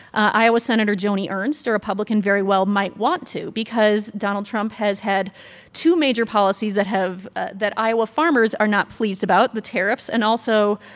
iowa senator joni ernst, a republican, very well might want to because donald trump has had two major policies that have ah that iowa farmers are not pleased about the tariffs and also